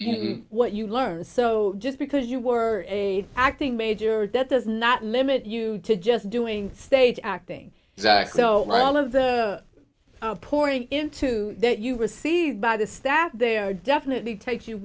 you know what you learn so just because you were a acting major that does not limit you to just doing state acting zax l l of the pouring into that you received by the staff they are definitely take you